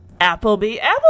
Applebee